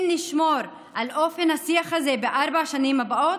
אם נשמור על אופן השיח הזה בארבע השנים הבאות,